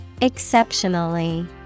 Exceptionally